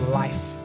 life